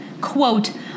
quote